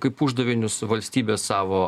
kaip uždavinius valstybės savo